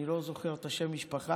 אני לא זוכר את השם משפחה,